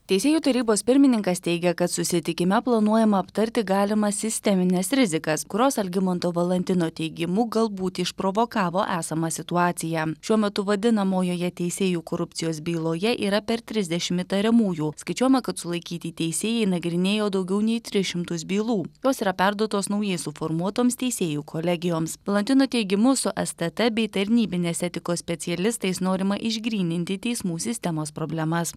teisėjų tarybos pirmininkas teigia kad susitikime planuojama aptarti galimas sistemines rizikas kurios algimanto valantino teigimu galbūt išprovokavo esamą situaciją šiuo metu vadinamojoje teisėjų korupcijos byloje yra per trisdešim įtariamųjų skaičiuojama kad sulaikyti teisėjai nagrinėjo daugiau nei tris šimtus bylų jos yra perduotos naujai suformuotoms teisėjų kolegijoms valantino teigimu su stt bei tarnybinės etikos specialistais norima išgryninti teismų sistemos problemas